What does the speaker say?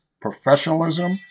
professionalism